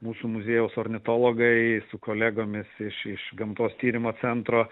mūsų muziejaus ornitologai su kolegomis iš iš gamtos tyrimo centro